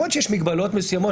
התשפ"ב-2022,